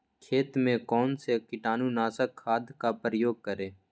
खेत में कौन से कीटाणु नाशक खाद का प्रयोग करें?